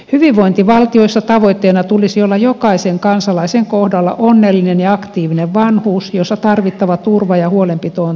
hyvinvointivaltioissa tavoitteena tulisi olla jokaisen kansalaisen kohdalla onnellinen ja aktiivinen vanhuus jossa tarvittava turva ja huolenpito on taattu